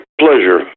pleasure